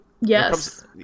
Yes